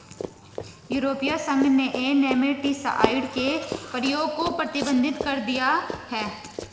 यूरोपीय संघ ने नेमेटीसाइड के प्रयोग को प्रतिबंधित कर दिया है